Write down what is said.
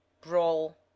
brawl